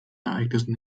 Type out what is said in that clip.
ereignissen